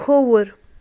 کھووُر